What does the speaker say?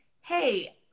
Hey